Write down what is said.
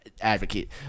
advocate